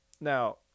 Now